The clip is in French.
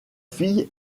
fille